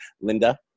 Linda